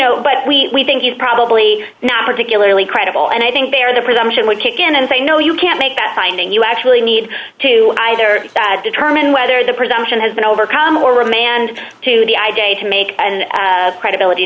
know but we think it probably now particularly credible and i think there is a presumption would kick in and say no you can't make that finding you actually need to either that determine whether the presumption has been overcome or remand to the idea to make and credibility